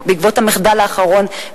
בעקבות המחדל האחרון,